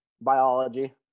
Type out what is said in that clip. biology